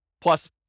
plus